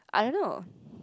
I don't know